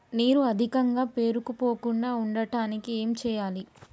నీరు అధికంగా పేరుకుపోకుండా ఉండటానికి ఏం చేయాలి?